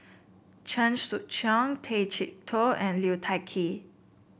Chen Sucheng Tay Chee Toh and Liu Thai Ker